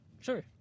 Sure